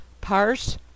Parse